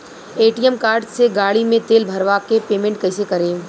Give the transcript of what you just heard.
ATM card से गाड़ी मे तेल भरवा के पेमेंट कैसे करेम?